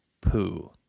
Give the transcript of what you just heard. poo